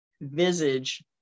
visage